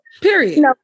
Period